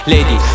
Lady